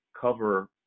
cover